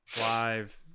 live